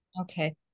Okay